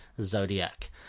Zodiac